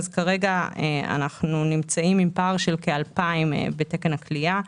כרגע אנו נמצאים בפער של כ-2,000 בתקן הכליאה,